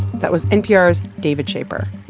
that was npr's david schaper.